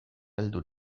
heldu